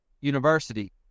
university